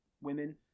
women